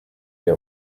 les